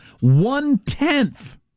One-tenth